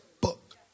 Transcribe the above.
book